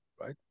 right